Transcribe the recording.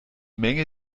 menge